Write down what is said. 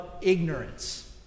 ignorance